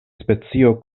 specio